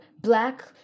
black